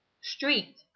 street